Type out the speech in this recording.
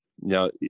now